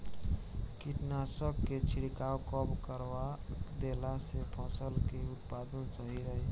कीटनाशक के छिड़काव कब करवा देला से फसल के उत्पादन सही रही?